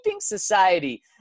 society